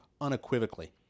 Unequivocally